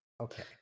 Okay